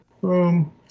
boom